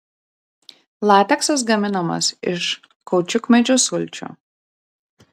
lateksas gaminamas iš kaučiukmedžių sulčių